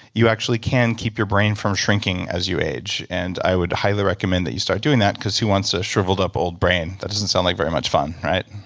you actually can keep your brain from shrinking as you age. and i would highly recommend that you start doing that because who wants a shriveled up old brain? that doesn't sound like very much fun. right?